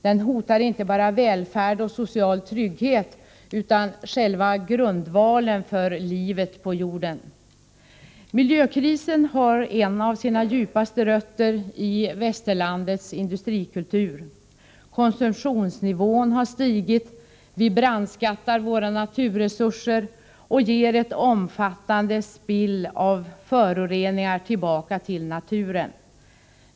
Den hotar inte bara välfärd och social trygghet utan själva grundvalen för livet på jorden. Miljökrisen har en av sina djupaste rötter i Västerlandets industrikultur. Konsumtionsnivån har stigit, vi brandskattar våra naturresurser och ger ett omfattande ”spill” av föroreningar tillbaka till naturen.